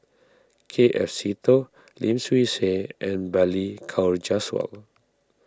K F Seetoh Lim Swee Say and Balli Kaur Jaswal